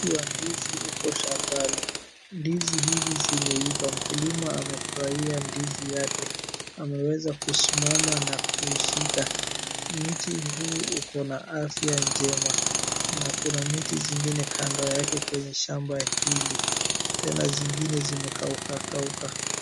Mti wa ndizi uko shambani. Ndizi hizi zimeiva. Mkulima amefurahia ndizi yake. Ameweza kusimama na kuishika. Miti huu uko na afya njema. Na kuna miti zingine kando yake kwenye shamba hili. Tena zingine zimekaukauka.